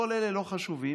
כל אלה לא חשובים,